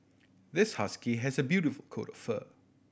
this husky has a beautiful coat of fur